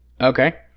Okay